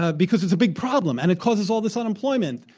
ah because it's a big problem and it causes all this unemployment.